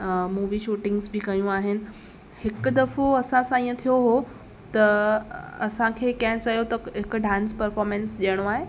movie shootings बि कयूं आहिनि हिक दफ़ो असां सां इहो थियो हो त असांखे कंहिं चयो त हिक डांस पर्फ़ोर्मेंस ॾियणो आहे